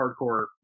hardcore